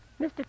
Mr